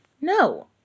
No